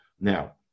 Now